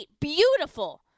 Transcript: Beautiful